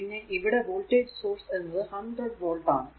പിന്നെ ഇവിടെ voltage source എന്നത് 100 വോൾട് ആണ്